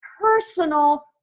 personal